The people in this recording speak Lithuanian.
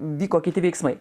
vyko kiti veiksmai